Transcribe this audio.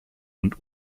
und